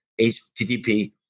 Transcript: HTTP